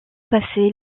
passer